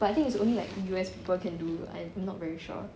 but I think it's only like U_S people can do I not very sure